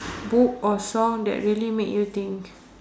book or song that really make you think